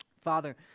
Father